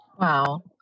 Wow